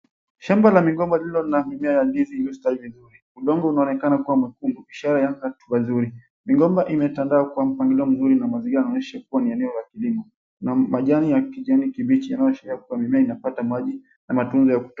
Shamba la migomba lililo na mimea ya ndizi iliyostawi vizuri. Udongo unaonekana kuwa mwekundu, ishara ni mahali pazuri. Migomba imetandaa kwa mpangilio mzuri na mazingira yanaonyesha ni eneo la kilimo na majani ya kijani kibichi yanayoonyesha mimea inapata maji na matunda yakutosha.